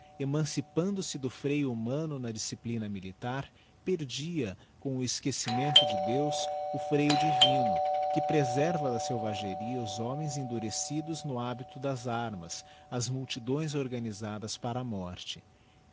tropa emancipando se do freio humano na disciplina militar perdia com o esquecimento de deus o freio divino que preserva da selvageria homens endurecidos no habito das armas as multidões organisadas para a morte